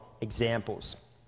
examples